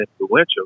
influential